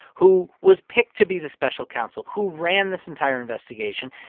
who was picked to be the special counsel, who ran this entire investigation.